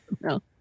No